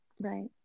Right